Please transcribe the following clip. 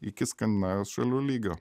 iki skandinavijos šalių lygio